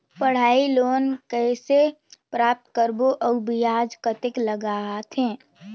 पढ़ाई लोन कइसे प्राप्त करबो अउ ब्याज कतेक लगथे?